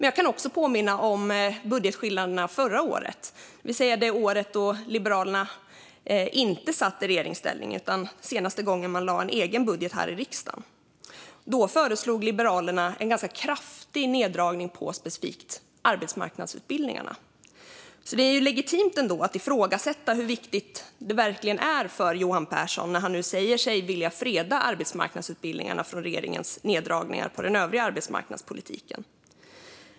Jag kan också påminna om skillnaderna mot budgeten förra året, det vill säga året då Liberalerna inte satt i regeringsställning utan lade fram en egen budget här i riksdagen. Då föreslog Liberalerna en ganska kraftig neddragning på arbetsmarknadsutbildningarna specifikt. Så det är ändå legitimt att ifrågasätta hur viktigt det egentligen är för Johan Pehrson, när han nu säger sig vilja freda arbetsmarknadsutbildningarna från regeringens neddragningar på den övriga arbetsmarknadspolitiken.